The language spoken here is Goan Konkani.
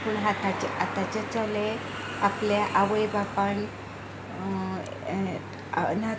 पूण आतांचे चले आपल्या आवय बापायन अनाथ